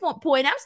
point